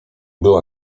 była